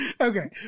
Okay